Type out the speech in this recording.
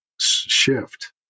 shift